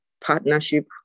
Partnership